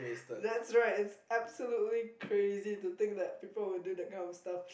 that's right it's absolutely crazy to think that people will do that kind of stuff